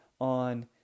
on